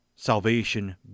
Salvation